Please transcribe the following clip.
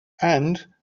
and